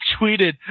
tweeted